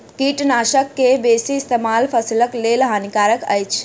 कीटनाशक के बेसी इस्तेमाल फसिलक लेल हानिकारक अछि